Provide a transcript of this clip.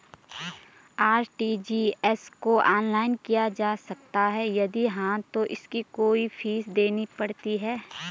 RTGS को online किया जा सकता है यदि हाँ तो इसकी कोई फीस देनी पड़ती है?